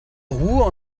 ruhe